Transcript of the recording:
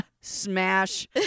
Smash